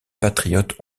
patriotes